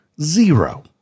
zero